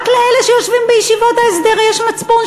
רק לאלה שיושבים בישיבות ההסדר יש מצפון,